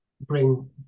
bring